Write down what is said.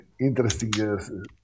interesting